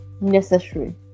necessary